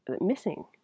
missing